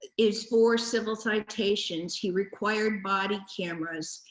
is for civil citations. he required body cameras.